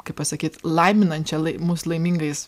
kaip pasakyt laiminančią lai mus laimingais